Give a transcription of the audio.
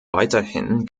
weiterhin